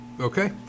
Okay